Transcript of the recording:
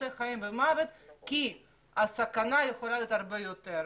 של חיים ומוות כי הסכנה יכולה להיות הרבה יותר גדולה.